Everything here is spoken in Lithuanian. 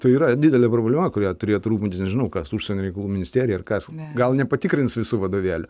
tai yra didelė problema kuria turėtų truputį nežinau kas užsienio reikalų ministerija ir kas ne gal nepatikrins visų vadovėlių